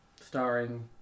starring